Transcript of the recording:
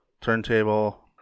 turntable